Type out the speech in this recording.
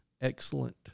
excellent